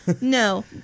no